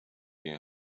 you